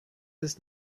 ist